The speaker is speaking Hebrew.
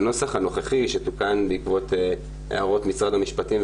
בנוסח הנוכחי שתוקן בעקבות הערות משרד המשפטים,